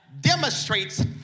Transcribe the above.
demonstrates